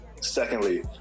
secondly